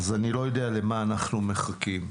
אני לא יודע למה אנחנו מחכים.